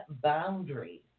boundaries